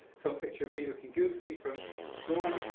so picture of me looking goofy from school,